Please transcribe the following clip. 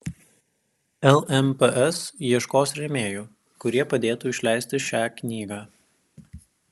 lmps ieškos rėmėjų kurie padėtų išleisti šią knygą